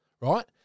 right